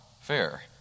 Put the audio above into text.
fair